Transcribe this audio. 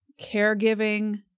caregiving